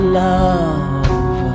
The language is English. love